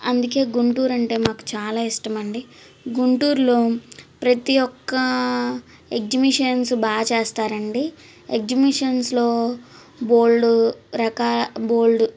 అందుకే గుంటూరు అంటే మాకు చాలా ఇష్టమండి గుంటూరులో ప్రతిఒక్క ఎగ్జిబిషన్సు బాగా చేస్తారండి ఎగ్జిబిషన్సులో బోల్డు రకా బోల్డు